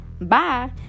Bye